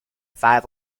five